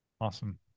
awesome